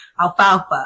alfalfa